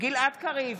גלעד קריב,